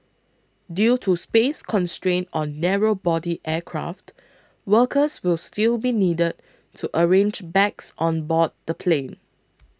due to space constraints on narrow body aircraft workers will still be needed to arrange bags on board the plane